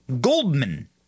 Goldman